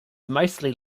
mostly